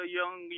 young